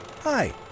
Hi